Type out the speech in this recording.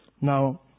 Now